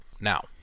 Now